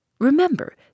Remember